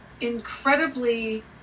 incredibly